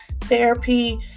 therapy